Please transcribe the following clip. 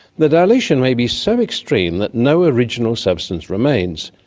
the dilution may be so extreme that no original substance remains,